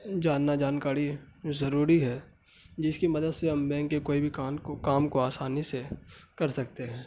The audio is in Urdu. جاننا جانکاری ضروری ہے جس کی مدد سے ہم بینک کے کوئی بھی کان کو کام کو آسانی سے کر سکتے ہیں